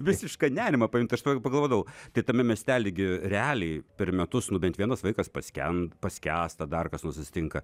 visišką nerimą pajunta aš tuo pagalvodavau kai tame miestely gi realiai per metus nu bent vienas vaikas paskendo paskęsta dar kas nors atsitinka